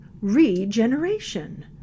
regeneration